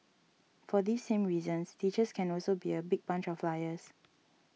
for these same reasons teachers can also be a big bunch of liars